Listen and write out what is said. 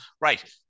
Right